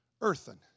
earthen